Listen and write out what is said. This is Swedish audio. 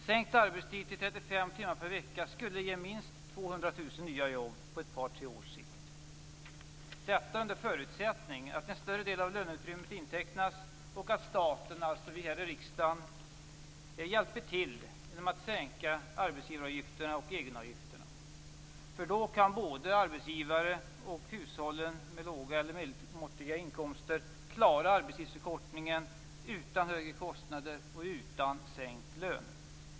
Sänkt arbetstid till 35 timmar per vecka skulle ge minst 200 000 nya jobb på ett par tre års sikt - detta under förutsättning att en större del av löneutrymmet intecknas och att staten, dvs. vi här i riksdagen, hjälper till genom att sänka arbetsgivaravgifterna och egenavgifterna. Då kan både arbetsgivare och hushåll med låga eller medelmåttiga inkomster klara arbetstidsförkortningen utan högre kostnader eller sänkt lön.